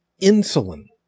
insulin